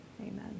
amen